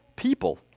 people